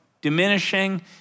diminishing